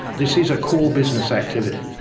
this is a core business activity.